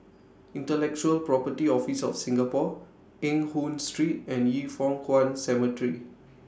Intellectual Property Office of Singapore Eng Hoon Street and Yin Foh Kuan Cemetery